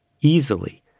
easily